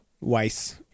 Weiss